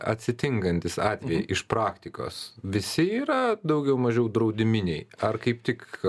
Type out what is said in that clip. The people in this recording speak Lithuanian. atsitinkantis atvejai iš praktikos visi yra daugiau mažiau draudiminiai ar kaip tik